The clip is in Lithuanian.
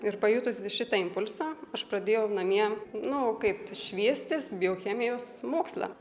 ir pajutusi šitą impulsą aš pradėjau namie nu kaip šviestis biochemijos mokslą